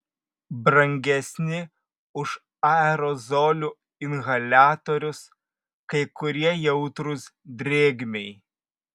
brangesni už aerozolių inhaliatorius kai kurie jautrūs drėgmei